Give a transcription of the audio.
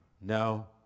No